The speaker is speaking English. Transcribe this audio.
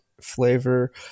flavor